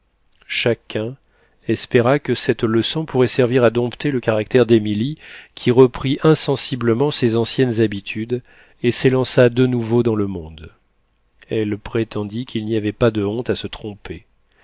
chacun espéra que cette leçon pourrait servir à dompter le caractère d'émilie qui reprit insensiblement ses anciennes habitudes et s'élança de nouveau dans le monde elle prétendit qu'il n'y avait pas de honte à se tromper